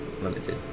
limited